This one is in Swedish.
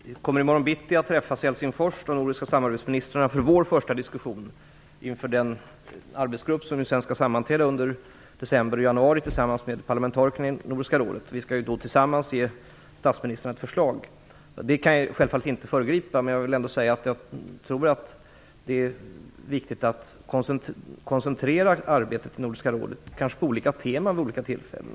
Fru talman! I morgon bitti kommer jag att träffa de nordiska samarbetsministrarna för vår första diskussion inför den arbetsgrupp som sedan skall sammanträda under december och januari tillsammans med parlamentarikerna i Nordiska rådet. Vi skall ju då tillsammans ge statsministrarna ett förslag. Det kan jag självfallet inte föregripa. Men jag vill ändå säga att jag tror att det är viktigt att koncentrera arbetet till Nordiska rådet, kanske på olika teman vid olika tillfällen.